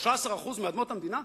13% מאדמות המדינה,